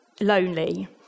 lonely